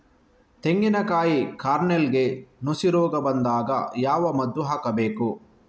ತೆಂಗಿನ ಕಾಯಿ ಕಾರ್ನೆಲ್ಗೆ ನುಸಿ ರೋಗ ಬಂದಾಗ ಯಾವ ಮದ್ದು ಹಾಕಬೇಕು?